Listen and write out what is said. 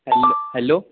hello hello